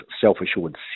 Self-Assured